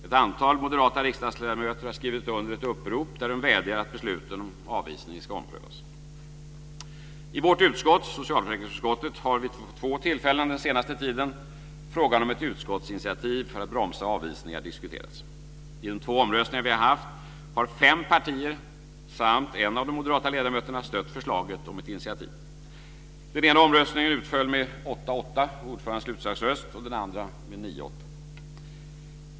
Ett antal moderata riksdagsledamöter har skrivit under ett upprop där de vädjar att besluten om avvisning ska omprövas. I vårt utskott, socialförsäkringsutskottet, har vid två tillfällen den senaste tiden frågan om ett utskottsinitiativ för att bromsa avvisningar diskuterats. I de två omröstningar vi har haft har fem partier samt en av de moderata ledamöterna stött förslaget om ett initiativ. Den ena omröstningen utföll med åtta-åtta och ordförandens utslagsröst, och den andra med nioåtta.